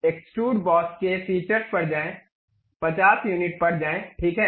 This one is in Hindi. एक्सट्रूड बॉस के फीचर्स पर जाएं 50 यूनिट पर जाएं ठीक है